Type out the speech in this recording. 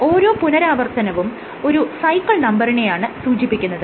ഓരോ പുനരാവർത്തനവും ഒരു സൈക്കിൾ നമ്പറിനെയാണ് സൂചിപ്പിക്കുന്നത്